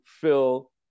fill